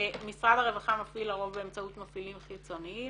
משרד הרווחה מפעיל לרוב באמצעות מפעילים חיצוניים,